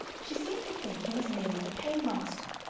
she seemed to think he was merely the paymaster,